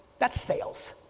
that's sales,